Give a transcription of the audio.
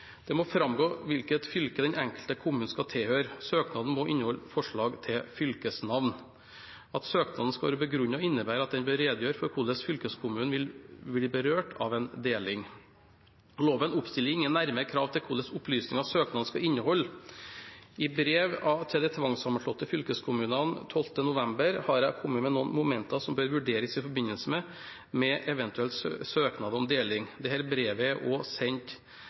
Det må framgå hvilket fylke den enkelte kommunen skal tilhøre. Søknaden må også inneholde forslag til fylkesnavn. At søknaden skal være begrunnet, innebærer at den bør redegjøre for hvordan fylkeskommunen vil bli berørt av en deling. Loven oppstiller ingen nærmere krav til hvilke opplysninger søknaden skal inneholde. I brev til de tvangssammenslåtte fylkeskommunene av 12. november i år har jeg kommet med noen momenter som bør vurderes i forbindelse med eventuelle søknader om deling. Dette brevet